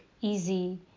easy